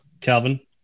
Calvin